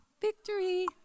Victory